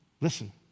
Listen